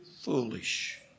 foolish